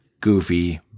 goofy